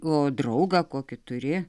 o draugą kokį turi